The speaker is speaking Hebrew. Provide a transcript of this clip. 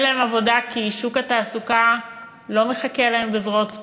אין להם עבודה כי שוק התעסוקה לא מחכה להם בזרועות פתוחות,